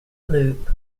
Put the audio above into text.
loop